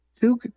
two